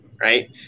Right